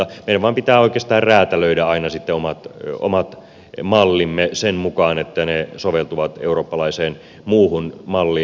meidän vain pitää oikeastaan räätälöidä sitten omat mallimme sen mukaan että ne soveltuvat eurooppalaiseen muuhun malliin